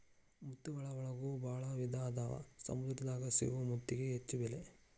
ಮುತ್ತುಗಳ ಒಳಗು ಭಾಳ ವಿಧಾ ಅದಾವ ಸಮುದ್ರ ದಾಗ ಸಿಗು ಮುತ್ತಿಗೆ ಹೆಚ್ಚ ಬೆಲಿ